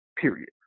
period